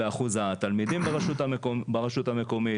אחוז התלמידים ברשות המקומית,